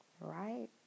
Right